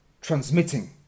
transmitting